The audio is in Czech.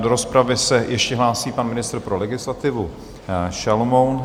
Do rozpravy se ještě hlásí pan ministr pro legislativu Šalomoun.